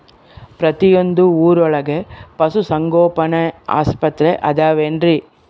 ಪ್ರತಿಯೊಂದು ಊರೊಳಗೆ ಪಶುಸಂಗೋಪನೆ ಆಸ್ಪತ್ರೆ ಅದವೇನ್ರಿ?